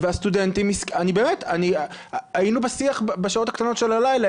והסטודנטים היינו בשיח בשעות הקטנות של הלילה,